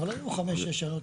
--- 5-6 שעות.